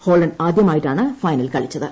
Holland ആദ്യമായിട്ടൂണ് final കളിച്ചത്